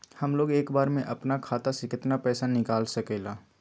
हमलोग एक बार में अपना खाता से केतना पैसा निकाल सकेला?